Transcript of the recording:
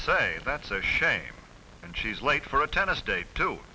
say that's a shame and she's late for a tennis day too